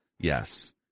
yes